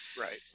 right